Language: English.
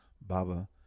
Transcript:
Baba